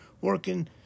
working